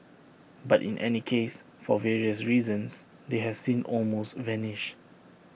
but in any case for various reasons they have since almost vanished